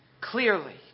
clearly